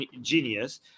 genius